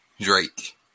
Drake